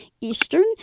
Eastern